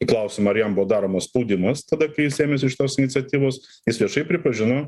į klausimą ar jam buvo daromas spaudimas tada kai jisai ėmėsi šitos iniciatyvos jis viešai pripažino